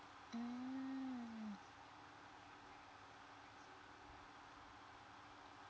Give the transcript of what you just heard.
mm